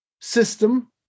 system